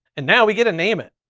and now we get a name it,